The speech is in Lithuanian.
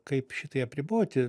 kaip šitai apriboti